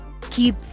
keep